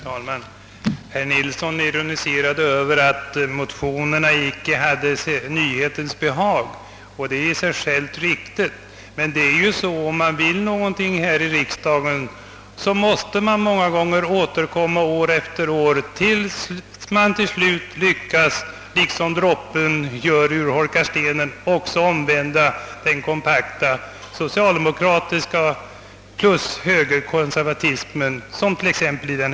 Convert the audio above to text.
Herr talman! Herr Nilsson i Östersund ironiserade över att motionerna inte hade nyhetens behag. Det är i och för sig riktigt. Men om man vill uppnå någonting här i riksdagen, så måste man många gånger återkomma år efter år, tills man slutligen — liksom äroppen urholkar stenen — lyckas omvända det kompakta socialdemokratiska motståndet, i detta fall stött av högerkonservatismen.